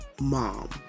mom